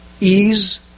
ease